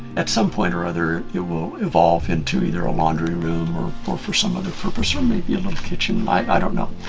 at some point or other it will evolve into either a laundry room or or for some other purpose or maybe a little kitchen. i don't know.